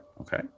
okay